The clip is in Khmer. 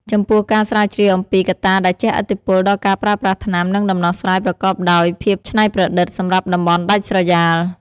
ចំពោះការស្រាវជ្រាវអំពីកត្តាដែលជះឥទ្ធិពលដល់ការប្រើប្រាស់ថ្នាំ និងដំណោះស្រាយប្រកបដោយភាពច្នៃប្រឌិតសម្រាប់តំបន់ដាច់ស្រយាល។